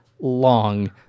long